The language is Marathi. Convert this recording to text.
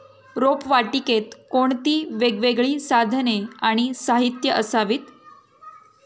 रोपवाटिकेत कोणती वेगवेगळी साधने आणि साहित्य असावीत?